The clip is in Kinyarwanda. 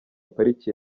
pariki